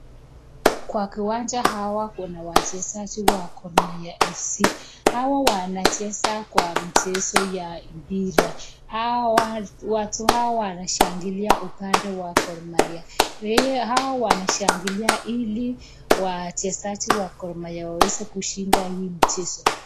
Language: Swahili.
Kwa kiwanja hawa kuna wachezaji wa gormahia fc,hawa wacheza kwa mchezo ya mpira, watu hawa wanashangikia upande wa gormahia, jawa wanashangilia ili wachezaji wa gormahia waweze kushinda hii mchezo.